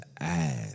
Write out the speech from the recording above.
add